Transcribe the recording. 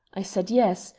i said yes,